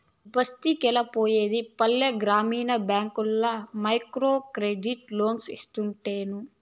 బస్తికెలా పోయేది పల్లెల గ్రామీణ బ్యాంకుల్ల మైక్రోక్రెడిట్ లోన్లోస్తుంటేను